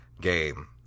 game